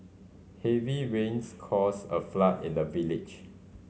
heavy rains caused a flood in the village